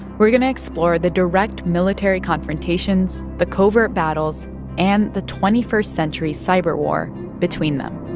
we're going to explore the direct military confrontations, the covert battles and the twenty first century cyberwar between them